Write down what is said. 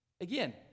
Again